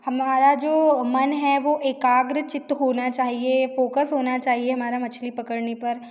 हमारा जो मन है वो एकाग्र चित्त होना चाहिए फोकस होना चाहिए हमारा मछली पकड़ने पर